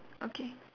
okay